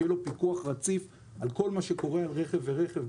שיהיה לו פיקוח רציף על כל מה שקורה ברכב ורכב,